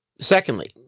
Secondly